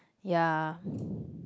ya